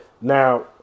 Now